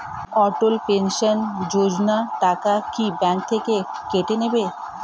অটল pension Yojana টাকা কি bank থেকে কেটে নেবে?